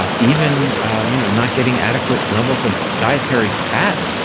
um even you know not getting adequate levels of dietary fat.